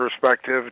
perspective